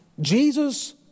Jesus